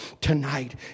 tonight